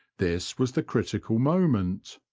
this was the critical moment.